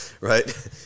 Right